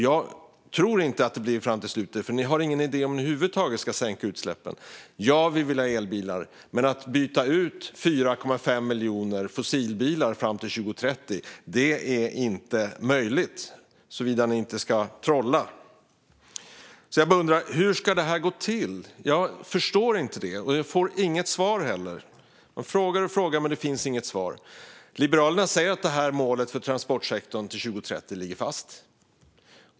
Jag tror inte att det blir fram till slutet, för ni har ingen idé över huvud taget om hur ni ska sänka utsläppen. Ja, vi vill ha elbilar, men att byta ut 4,5 miljoner fossilbilar fram till 2030 är inte möjligt såvida ni inte ska trolla. Hur ska det gå till? Jag förstår inte det, och jag får inget svar heller. Jag frågar och frågar, men det finns inget svar. Liberalerna säger att målet för transportsektorn till 2030 ligger fast.